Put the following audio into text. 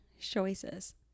choices